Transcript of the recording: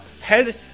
head